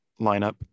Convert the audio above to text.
lineup